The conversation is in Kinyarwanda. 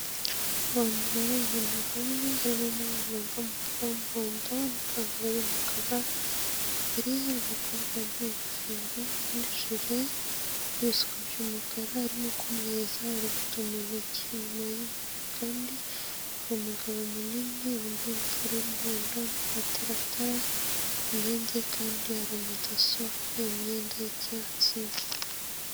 Abantu bari ahantu hamwe harimo umwana wambaye umupira w'umuhondo n'ipantaro y'umukara, imbere ye hari umukobwa wambaye ingofero n'jire, n'ibisuko b'umukara arimo kumuhereza urubuto mu ntoki .Inyuma ye kandi hari umugabo munini wambaye ingofero y'umuhondo n'amataratara impande kandi hari umudaso wambaye imyenda y'icyatsi.